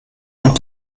und